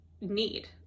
need